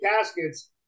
caskets